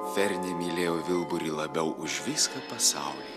fernė mylėjo vilburį labiau už viską pasauly